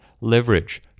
leverage